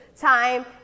time